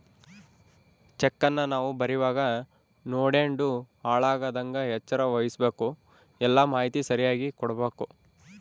ಚೆಕ್ಕನ್ನ ನಾವು ಬರೀವಾಗ ನೋಡ್ಯಂಡು ಹಾಳಾಗದಂಗ ಎಚ್ಚರ ವಹಿಸ್ಭಕು, ಎಲ್ಲಾ ಮಾಹಿತಿ ಸರಿಯಾಗಿ ಕೊಡ್ಬಕು